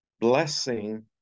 blessing